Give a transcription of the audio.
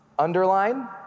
underline